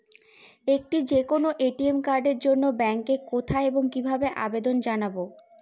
একটি যে কোনো এ.টি.এম কার্ডের জন্য ব্যাংকে কোথায় এবং কিভাবে আবেদন জানাব?